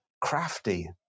crafty